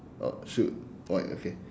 uh shoot white okay